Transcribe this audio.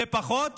ופחות